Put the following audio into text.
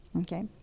Okay